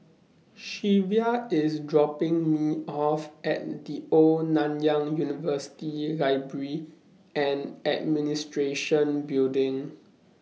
Shea IS dropping Me off At The Old Nanyang University Library and Administration Building